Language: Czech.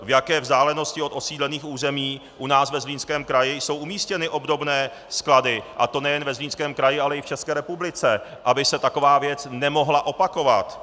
V jaké vzdálenosti od osídlených území u nás ve Zlínském kraji jsou umístěny obdobné sklady, a to nejen ve Zlínském kraji, ale i v České republice, aby se taková věc nemohla opakovat.